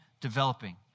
developing